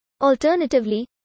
alternatively